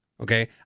Okay